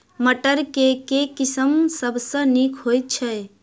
मटर केँ के किसिम सबसँ नीक होइ छै?